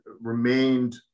remained